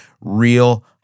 real